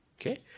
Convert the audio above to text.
okay